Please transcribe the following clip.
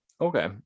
Okay